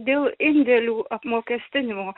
dėl indėlių apmokestinimo